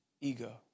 ego